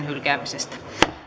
hylkäämisestä